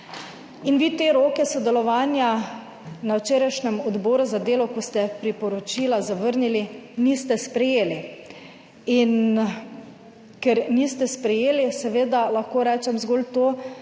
in vi te roke sodelovanja na včerajšnjem Odboru za delo, ko ste priporočila zavrnili niste sprejeli. In ker niste sprejeli, seveda lahko rečem zgolj to,